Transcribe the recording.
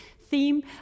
theme